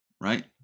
right